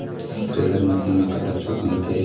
Thresher machine म कतक छूट मिलथे?